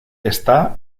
está